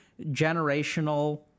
generational